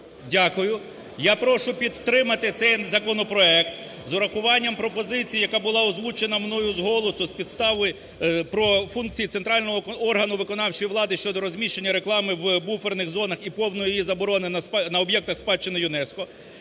Дякую. Я прошу підтримати цей законопроект з урахуванням пропозиції, яка була озвучена мною з голосу з підстави про функції центрального органу виконавчої влади щодо розміщення реклами в буферних зонах і повної її заборони на об'єктах спадщини ЮНЕСКО.